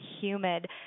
humid